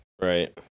Right